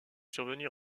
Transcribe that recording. survenir